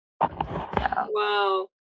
Wow